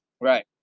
Right